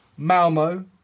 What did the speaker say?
Malmo